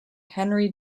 henry